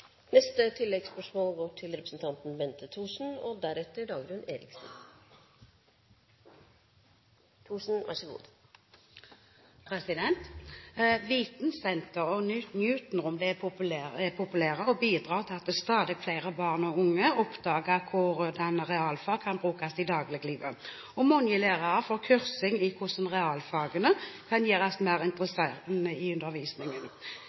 representanten etterlyser. Bente Thorsen – til oppfølgingsspørsmål. Vitensentre og Newton-rom er populære og bidrar til at stadig flere barn og unge oppdager hvordan realfag kan brukes i dagliglivet. Mange lærere får kursing i hvordan realfagene kan gjøres mer interessante i undervisningen.